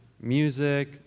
music